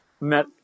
Met